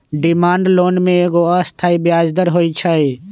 demand loan में एगो अस्थाई ब्याज दर होइ छइ